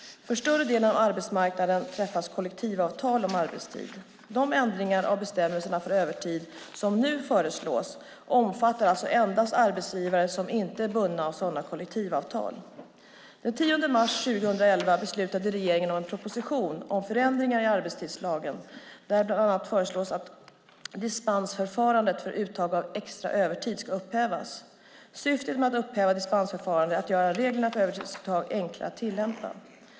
För större delen av arbetsmarknaden träffas kollektivavtal om arbetstid. De ändringar av bestämmelserna för övertid som nu föreslås omfattar endast arbetsgivare som inte är bundna av sådana kollektivavtal. Den 10 mars 2011 beslutade regeringen om en proposition om förändringar i arbetstidslagen där bland annat föreslås att dispensförfarandet för uttag av extra övertid ska upphävas. Syftet med att upphäva dispensförfarandet är att göra reglerna för övertidsuttag enklare att tillämpa.